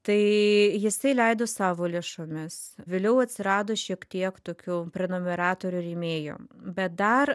tai jisai leido savo lėšomis vėliau atsirado šiek tiek tokių prenumeratorių rėmėjų bet dar